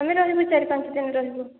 ଆମେ ରହିବୁ ଚାରି ପାଞ୍ଚ ଦିନ ରହିବୁ